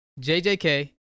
JJK